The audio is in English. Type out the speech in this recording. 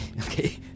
Okay